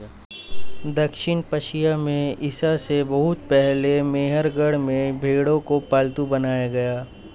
दक्षिण एशिया में ईसा से बहुत पहले मेहरगढ़ में भेंड़ों को पालतू बनाया गया